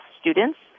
students